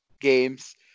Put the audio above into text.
games